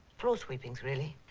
floor sweepings really.